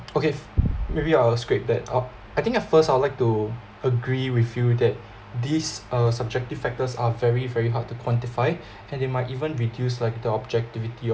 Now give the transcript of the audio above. okay maybe I'll scrape that up I think at first I'd like to agree with you that these are subjective factors are very very hard to quantify and they might even reduce like the objectivity